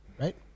right